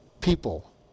people